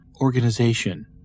organization